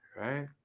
right